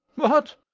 what,